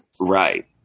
Right